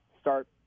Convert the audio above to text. start